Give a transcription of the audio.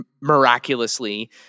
miraculously